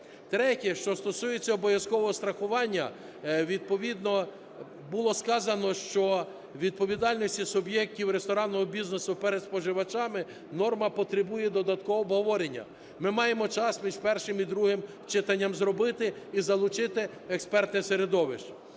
Третє. Що стосується обов'язкового страхування, відповідно було сказано, що відповідальність суб'єктів ресторанного бізнесу перед споживачами, норма потребує додаткового обговорення. Ми маємо час між першим і другим читанням зробити і залучити експертне середовище.